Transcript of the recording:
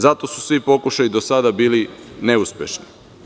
Zato su svi pokušaji do sada bili neuspešni.